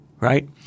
right